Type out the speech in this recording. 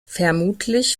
vermutlich